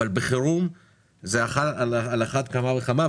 אבל בחירום זה על אחת כמה וכמה,